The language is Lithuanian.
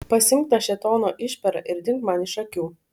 pasiimk tą šėtono išperą ir dink man iš akių